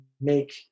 make